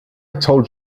told